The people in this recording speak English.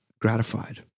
gratified